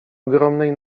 ogromnej